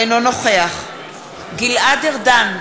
אינו נוכח גלעד ארדן,